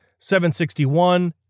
761